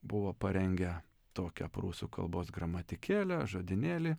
buvo parengę tokią prūsų kalbos gramatikėlę žodynėlį